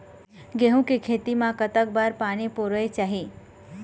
गेहूं के खेती मा कतक बार पानी परोए चाही?